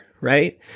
right